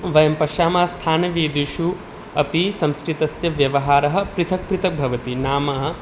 वयं पश्यामः स्थानवेदेषु अपि संस्कृतस्य व्यवहारः पृथक् पृथक् भवति नाम